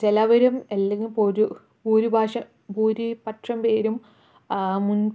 ചെലവരും അല്ലെങ്കിൽ ഇപ്പോൾ ഒരു ഭൂരി പാശം ഭൂരിപക്ഷം പേരും മുൻ